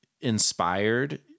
inspired